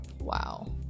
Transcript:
Wow